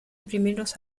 primeros